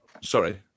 Sorry